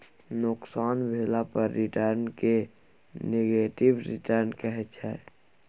नोकसान भेला पर रिटर्न केँ नेगेटिव रिटर्न कहै छै